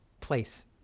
place